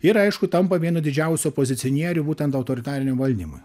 ir aišku tampa vienu didžiausių opozicionierių būtent autoritarinio valdymui